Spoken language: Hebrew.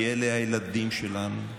כי אלה הילדים שלנו,